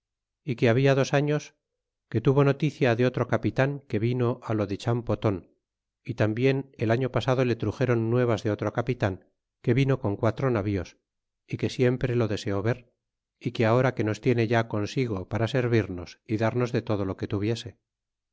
é que habla dos años que tuvo noticia de otro capitan que vino lo de champoton é tambien el año pasado le truxéron nuevas de otro capitan que vino con quatro navíos é que siempre lo deseó ver e que ahora que nos tiene ya consigo para servirnos y darnos de todo lo que tuviese